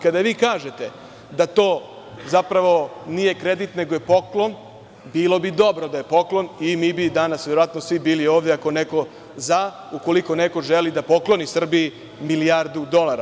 Kada vi kažete da to zapravo nije kredit, nego poklon, bilo bi dobro da je poklon i mi bi danas verovatno svi bili ovde, ukoliko neko želi da pokloni Srbiji milijardu dolara.